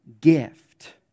gift